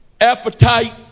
appetite